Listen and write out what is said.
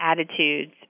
attitudes